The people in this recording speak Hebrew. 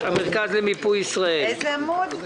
רשויות בהמראה.